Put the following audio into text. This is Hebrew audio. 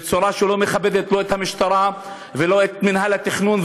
בצורה שלא מכבדת לא את המשטרה ולא את מינהל התכנון,